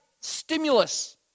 stimulus